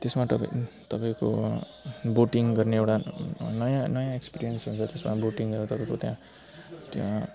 त्यसमा तपाईँ तपाईँको बोटिङ गर्ने एउटा नयाँ नयाँ एक्सपिरियन्स हुन्छ त्यसमा बोटिङ गर्न तपाईँको त्यहाँ त्यहाँ